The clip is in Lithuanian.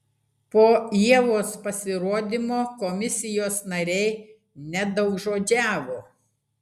po ievos pasirodymo komisijos nariai nedaugžodžiavo